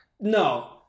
No